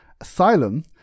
Asylum